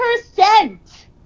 percent